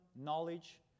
knowledge